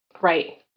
right